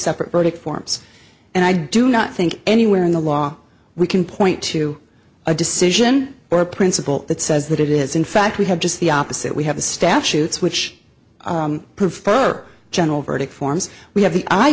separate verdict forms and i do not think anywhere in the law we can point to a decision or a principle that says that it is in fact we have just the opposite we have the statutes which i prefer general verdict forms we have the i